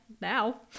now